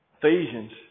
Ephesians